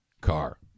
car